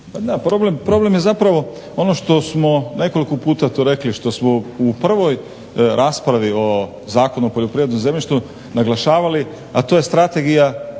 problem je zapravo ono što smo nekoliko puta to rekli što smo u prvoj raspravi o Zakonu o poljoprivrednom zemljištu naglašavali, a to je Strategija